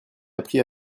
appris